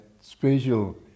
spatial